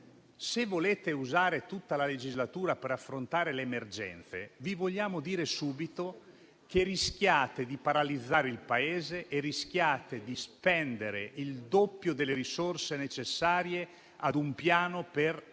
Se volete usare tutta la legislatura per affrontare le emergenze, vi vogliamo dire subito che rischiate di paralizzare il Paese e di spendere il doppio delle risorse necessarie per un piano per